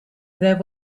there